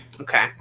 Okay